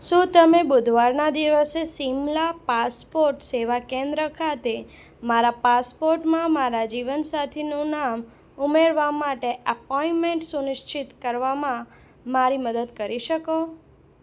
શું તમે બુધવારના દિવસે સિમલા પાસપોર્ટ સેવા કેન્દ્ર ખાતે મારા પાસપોર્ટમાં મારા જીવનસાથીનું નામ ઉમેરવા માટે અપોઇન્ટમેન્ટ સુનિશ્ચિત કરવામાં મારી મદદ કરી શકો